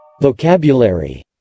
Vocabulary